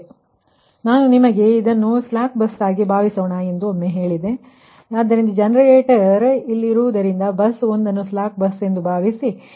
ಆದ್ದರಿಂದ ನಾನು ನಿಮಗೆ ಒಮ್ಮೆ ಹೇಳಿದೆ ಇದನ್ನು ಸ್ಲಾಕ್ ಬಸ್ ಎಂದು ಭಾವಿಸೋಣ ಆದ್ದರಿಂದ ಜನರೇಟರ್ಇಲ್ಲಿದೆ ಬಸ್ 1 ನ್ನು ಸ್ಲಾಕ್ ಬಸ್ ಎಂದು ಭಾವಿಸೋಣ